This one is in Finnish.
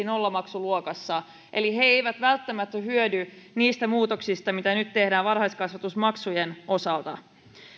nollamaksuluokassa eli he eivät välttämättä hyödy niistä muutoksista mitä nyt tehdään varhaiskasvatusmaksujen osalta